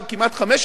של כמעט 5%,